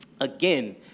Again